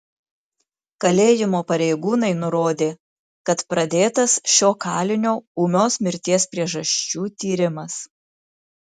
kalėjimo pareigūnai nurodė kad pradėtas šio kalinio ūmios mirties priežasčių tyrimas